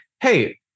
hey